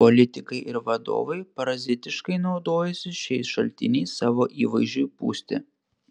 politikai ir vadovai parazitiškai naudojasi šiais šaltiniais savo įvaizdžiui pūsti